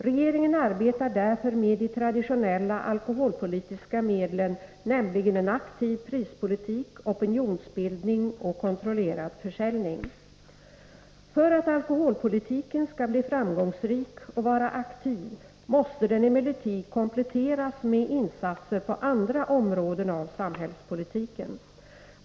Regeringen arbetar därför med de traditionella alkoholpolitiska medlen, nämligen en aktiv prispolitik, opinionsbildning och kontrollerad försäljning. 101 För att alkoholpolitiken skall bli framgångsrik och vara aktiv måste den emellertid kompletteras med insatser på andra områden av samhällspolitiken.